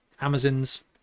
Amazons